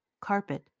carpet